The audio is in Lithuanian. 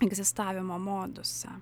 egzistavimo modusą